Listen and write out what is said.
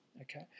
okay